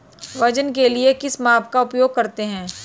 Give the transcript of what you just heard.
वजन के लिए किस माप का उपयोग करते हैं?